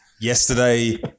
yesterday